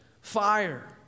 fire